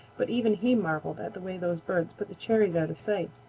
but even he marvelled at the way those birds put the cherries out of sight.